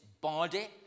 body